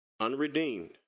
unredeemed